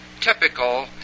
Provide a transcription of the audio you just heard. typical